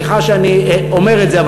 סליחה שאני אומר את זה,